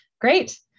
great